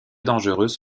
dangereuse